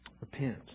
Repent